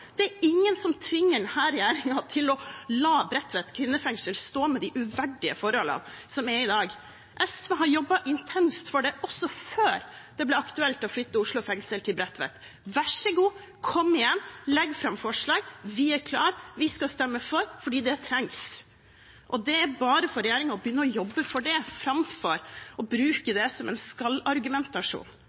Det er ingen som tvinger denne regjeringen til å la Bredtvet kvinnefengsel stå med de uverdige forholdene som er i dag. SV har jobbet intenst for det også før det ble aktuelt å flytte Oslo fengsel til Bredtvet. Vær så god, kom igjen, legg fram forslag – vi er klar, vi skal stemme for, fordi det trengs. Det er bare for regjeringen å begynne å jobbe for det framfor å bruke det som en